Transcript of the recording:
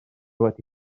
wedi